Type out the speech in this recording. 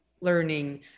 learning